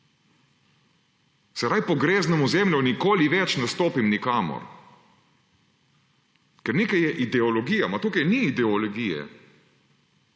Se raje pogreznem v zemljo, nikoli več ne stopim nikamor. Ker nekaj je ideologija. Ma tukaj ni ideologije!